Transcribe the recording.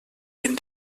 ben